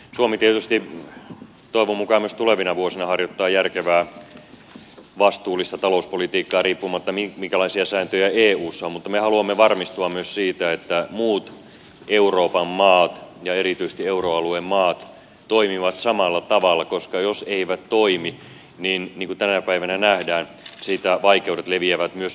suomi tietysti toivon mukaan myös tulevina vuosina harjoittaa järkevää vastuullista talouspolitiikkaa riippumatta siitä minkälaisia sääntöjä eussa on mutta me haluamme varmistua myös siitä että muut euroopan maat ja erityisesti euroalueen maat toimivat samalla tavalla koska jos eivät toimi niin kuin tänä päivänä nähdään siitä vaikeudet leviävät myös meille